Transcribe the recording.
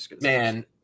Man